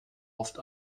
oft